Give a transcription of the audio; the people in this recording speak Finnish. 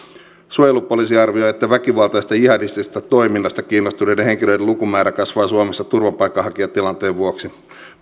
suojelupoliisi arvioi että väkivaltaisesta jihadistisesta toiminnasta kiinnostuneiden henkilöiden lukumäärä kasvaa suomessa turvapaikanhakijatilanteen vuoksi